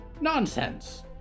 Nonsense